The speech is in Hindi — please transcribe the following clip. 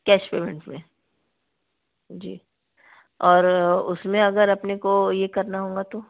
कैश पेमेंट पर जी और उसमें अगर अपने को यह करना होगा तो